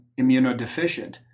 immunodeficient